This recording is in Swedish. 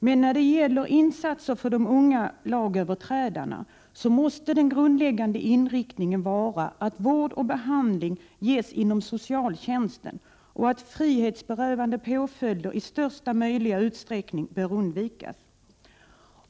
Men när det gäller insatser avsedda för de unga lagöverträdarna måste den grundläggande inriktningen vara att vård och behandling skall ges inom socialtjänsten och att frihetsberövande påföljder i största möjliga utsträckning bör undvikas.